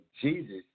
Jesus